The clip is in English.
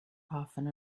often